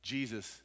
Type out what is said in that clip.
Jesus